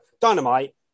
Dynamite